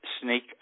sneak